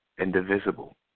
Indivisible